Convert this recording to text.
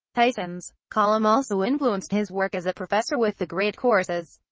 tyson's column also influenced his work as a professor with the great courses.